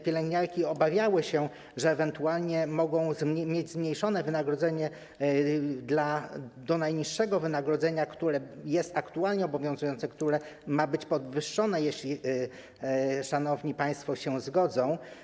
Pielęgniarki obawiały się, że ewentualnie mogą mieć zmniejszone wynagrodzenie do poziomu najniższego wynagrodzenia, które jest aktualnie obowiązujące, a które ma być podwyższone, jeśli szanowni państwo się zgodzą.